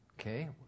Okay